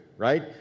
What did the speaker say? Right